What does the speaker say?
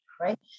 right